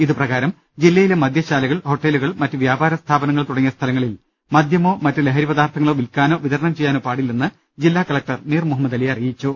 ഇതുപ്രകാരം ജില്ലയിലെ മദ്യശാലകൾ ഹോട്ടലുകൾ മറ്റ് വ്യാപാര സ്ഥാപനങ്ങൾ തുടങ്ങിയ സ്ഥലങ്ങളിൽ മദ്യമോ മറ്റ് ലഹരി പദാർഥങ്ങളോ വിൽക്കാനോ വിതരണം ചെയ്യാനോ പാടില്ലെന്ന് ജില്ലാ കലക്ടർ മീർ മുഹമ്മദലി അറിയിച്ചു